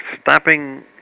stopping